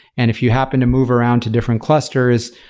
and if you happen to move around to different clusters,